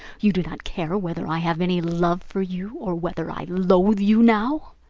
you do not care whether i have any love for you or whether i loathe you now.